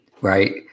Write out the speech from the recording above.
right